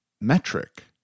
metric